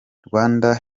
rwanda